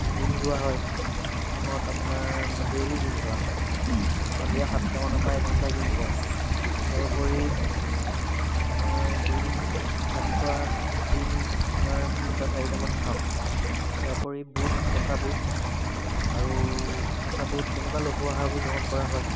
gym যোৱা হয় জিমত আপোনাৰ ডেইলী জিম যোৱা হয় সন্ধিয়া সাতটামানৰ পৰা এঘণ্টা জিম কৰোঁ ইয়াৰ উপৰি আপোনাৰ ডিম ৰাতিপুৱা ডিম আপোনাৰ তিনিটা চাৰিটামান খাওঁ ইয়াৰ উপৰি বুট কেঁচা বুট আৰু কেঁচা বুট তেনেকুৱা লঘু আহাৰবোৰ গ্ৰহণ কৰা হয়